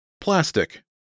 Plastic